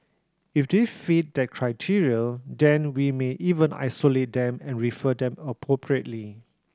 if they fit that criteria then we may even isolate them and refer them appropriately